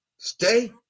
Stay